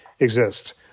exist